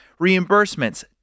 reimbursements